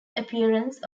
appearance